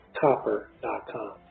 copper.com